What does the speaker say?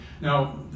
Now